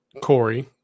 Corey